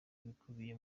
ibikubiye